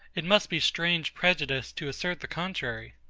it must be strange prejudice to assert the contrary.